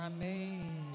Amen